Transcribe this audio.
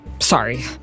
Sorry